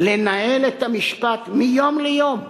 לנהל המשפט מיום ליום.